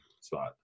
spot